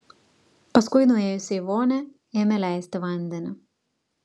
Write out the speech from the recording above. paskui nuėjusi į vonią ėmė leisti vandenį